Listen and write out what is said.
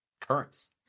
Currents